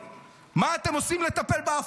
מה אתם עושים כדי לטפל בעוני?